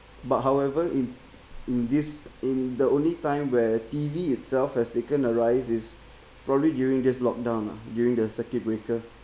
but however in in this in the only time where T_V itself has taken a rise is probably during this lock down lah during the circuit breaker